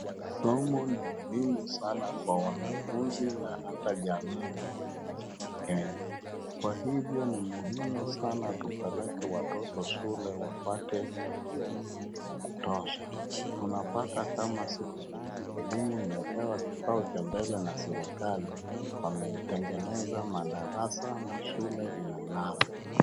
Masomo ni muhimu sana kwa wanafunzi na ata jamii nchini Kenya. Kwa hivyo ni muhimu sana tupeleke watoto shule wapate elimu ya kutosha, tunapata kama siku hizi, elimu imepewa kikao cha mbele na serikali. Wametengeneza madarasa na shule inang'ara.